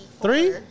Three